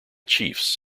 chiefs